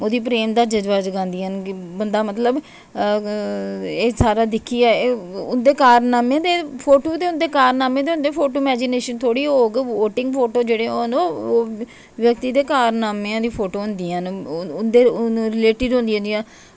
मोदी प्रेम दा जज्बा जगादियां न बंदा मतलब एह् सारा दिक्खियै उंदे कारनामें बी फोटो ते उंदे कारनामें होंदे न की उंदी इमेज़ीनेशन थोह्ड़ी होग वोटिंग फोटो थोह्ड़ी होग व्यक्ति दे कारनामें आह्लियां फोटो होंदियां न उंदे ओह् रिलेटिड होंदियां